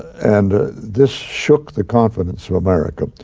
and this shook the confidence of america.